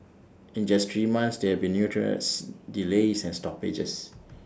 in just three months there have been new dress delays and stoppages